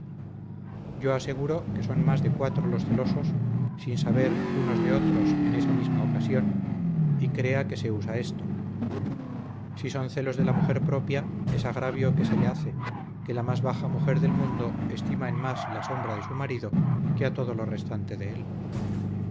yo aseguro que son más de cuatro los celosos sin saber unos de otros en esa misma ocasión y crea que se usa esto si son celos de la mujer propia es agravio que se le hace que la más baja mujer del mundo estima en más la sombra de su marido que a todo lo restante de él